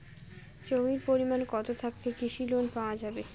জমির পরিমাণ কতো থাকলে কৃষি লোন পাওয়া যাবে?